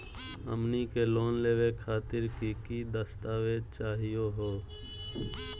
हमनी के लोन लेवे खातीर की की दस्तावेज चाहीयो हो?